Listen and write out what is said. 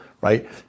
right